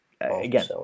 Again